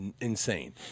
insane